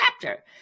chapter